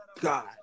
God